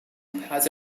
has